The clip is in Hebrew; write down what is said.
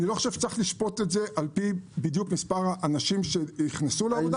אני לא חושב שצריך לשפוט את זה רק על פי מספר האנשים שנכנסו לעבודה.